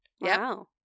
Wow